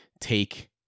take